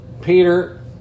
Peter